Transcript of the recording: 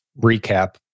recap